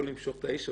לא למשוך את האש,